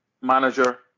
manager